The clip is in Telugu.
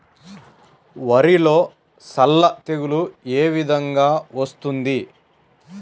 వరిలో సల్ల తెగులు ఏ విధంగా వస్తుంది?